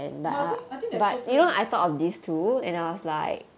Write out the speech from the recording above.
but I think I think there's two plan